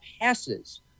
passes